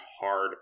hard